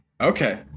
Okay